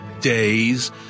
days